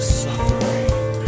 suffering